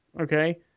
Okay